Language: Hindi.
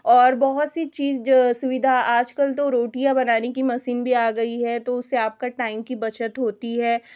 और बहुत सी चीज़ सुविधा आज कल तो रोटियाँ बनाने की मशीन भी आ गई है तो उससे आपका टाइम की बचत होती है